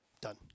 Done